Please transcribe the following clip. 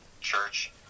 Church